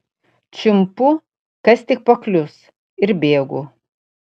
čiumpu kas tik paklius ir bėgu